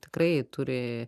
tikrai turi